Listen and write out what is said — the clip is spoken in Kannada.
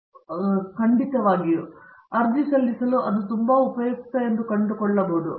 ಪ್ರತಾಪ್ ಹರಿಡೋಸ್ ಅರ್ಜಿ ಸಲ್ಲಿಸಲು ಅದು ತುಂಬಾ ಉಪಯುಕ್ತ ಎಂದು ಕಂಡುಕೊಳ್ಳಬಹುದು